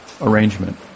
arrangement